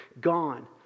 gone